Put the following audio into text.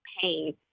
pain